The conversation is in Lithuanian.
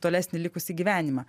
tolesnį likusį gyvenimą